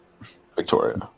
Victoria